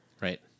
Right